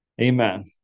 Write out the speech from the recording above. Amen